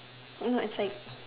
no it's like